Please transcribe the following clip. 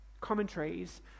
commentaries